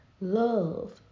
Love